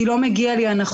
כי לא מגיעות לי הנחות,